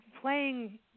playing